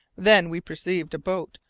then we perceived a boat,